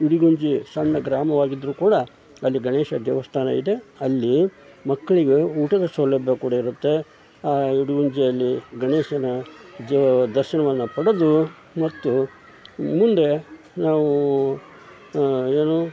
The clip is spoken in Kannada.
ಇಡಗುಂಜಿ ಸಣ್ಣ ಗ್ರಾಮವಾಗಿದ್ದರೂ ಕೂಡ ಅಲ್ಲಿ ಗಣೇಶ ದೇವಸ್ಥಾನ ಇದೆ ಅಲ್ಲಿ ಮಕ್ಕಳಿಗೆ ಊಟದ ಸೌಲಭ್ಯ ಕೂಡ ಇರುತ್ತೆ ಇಡಗುಂಜಿಯಲ್ಲಿ ಗಣೇಶನ ಜ ದರ್ಶನವನ್ನು ಪಡೆದು ಮತ್ತು ಮುಂದೆ ನಾವು ಏನು